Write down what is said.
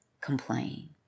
complain